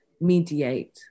mediate